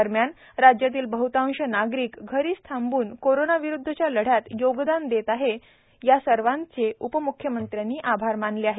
दरम्यान राज्यातील बह्तांश नागरिक घरीच थांबून कोरोनाविरुद्धच्या लढ्यात योगदान देत आहेत या सर्वांचं उपमुख्यमंत्र्यांनी आभार मानले आहेत